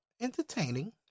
Entertaining